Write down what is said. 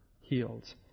healed